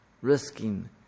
risking